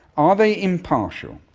are they impartial,